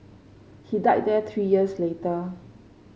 he died there three years later